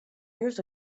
years